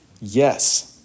Yes